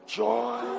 joy